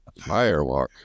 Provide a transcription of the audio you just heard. Firewalk